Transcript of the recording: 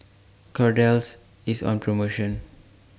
Kordel's IS on promotion